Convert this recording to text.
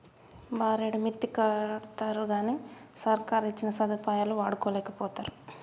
బారెడు మిత్తికడ్తరుగని సర్కారిచ్చిన సదుపాయాలు వాడుకోలేకపోతరు